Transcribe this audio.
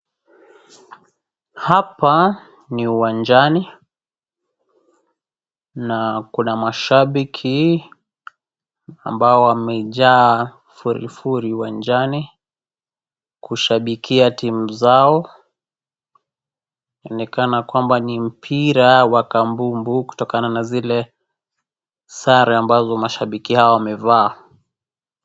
Hapa ni uwanjani, na kuna mashabiki ambao wamejaa furifuri uwanjani, kushabakia timu zao. Inaonekana kwamba ni mpira wa kabumbu kutokana na zile sare ambazo mashabiki hao wamevaa.